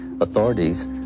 authorities